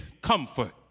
comfort